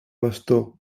bastó